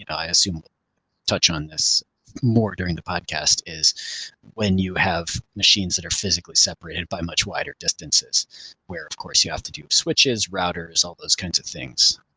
i assume we'll touch on this more during the podcast is when you have machines that are physically separated by much wider distances where of course you have to do switches, routers, all those kinds of things